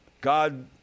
God